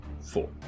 four